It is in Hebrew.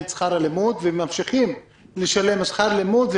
את שכר הלימוד והם ממשיכים לשלם שכר לימוד,